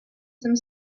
some